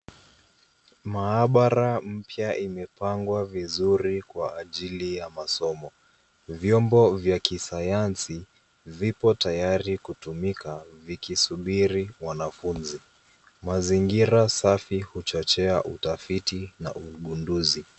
Maabara mpya imepangwa vizuri kwa ajili ya masomo. Vyombo vya kisayansi vipo tayari kutumika, vikisubiri wanafunzi. Mazingira safi huchochea utafiti na ugunduzi.